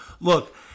Look